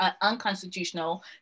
unconstitutional